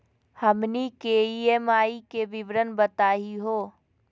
हमनी के ई.एम.आई के विवरण बताही हो?